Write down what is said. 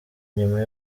nyuma